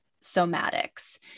somatics